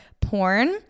porn